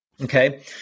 Okay